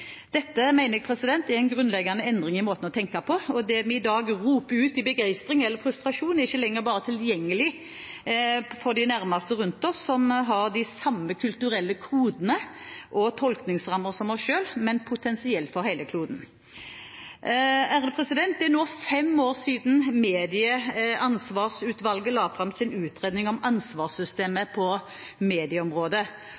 Dette mener jeg er en grunnleggende endring i måten å tenke på. Det vi i dag roper ut i begeistring eller frustrasjon, er ikke lenger bare tilgjengelig for de nærmeste rundt oss som har de samme kulturelle kodene og tolkningsrammer som oss selv, men potensielt for hele kloden. Det er nå fem år siden Medieansvarsutvalget la fram sin utredning om ansvarssystemet på medieområdet.